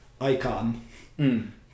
icon